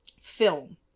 film